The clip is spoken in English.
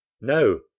No